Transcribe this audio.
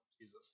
Jesus